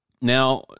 Now